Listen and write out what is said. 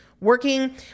working